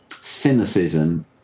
cynicism